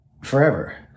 Forever